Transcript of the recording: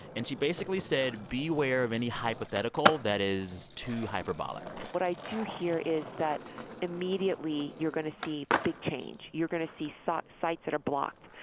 and she basically said, beware of any hypothetical that is too hyperbolic what i do hear is that immediately, you're going to see big change. you're going to see sites that are blocked.